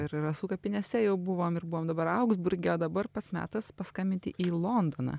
ir rasų kapinėse jau buvom ir buvom dabar augsburge o dabar pats metas paskambinti į londoną